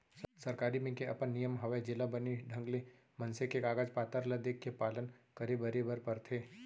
सरकारी बेंक के अपन नियम हवय जेला बने ढंग ले मनसे के कागज पातर ल देखके पालन करे बरे बर परथे